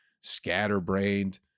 scatterbrained